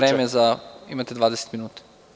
Imate 20 minuta.